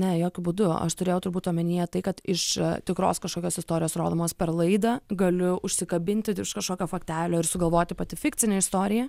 ne jokiu būdu aš turėjau turbūt omenyje tai kad iš tikros kažkokios istorijos rodomos per laidą galiu užsikabinti už kažkokio faktelio ir sugalvoti pati fikcinę istoriją